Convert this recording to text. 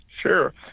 Sure